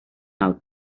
out